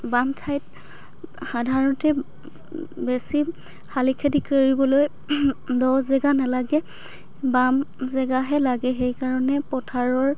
বাম ঠাইত সাধাৰণতে বেছি শালি খেতি কৰিবলৈ দ' জেগা নালাগে বাম জেগাহে লাগে সেইকাৰণে পথাৰৰ